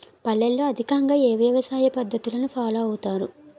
పల్లెల్లో అధికంగా ఏ వ్యవసాయ పద్ధతులను ఫాలో అవతారు?